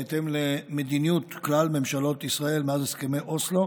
בהתאם למדיניות כלל ממשלות ישראל מאז הסכמי אוסלו,